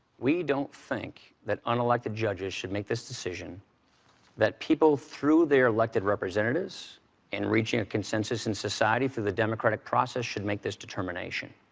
we don't think that unelected judges should make this decision that people, through their elected representatives and reaching a consensus in society through the democratic process, should make this determination.